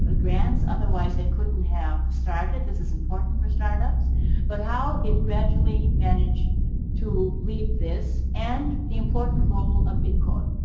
ah grants. otherwise, it couldn't have started. this is important for start-ups but how it gradually managed to leave these and the important role of idcol.